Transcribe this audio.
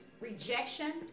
rejection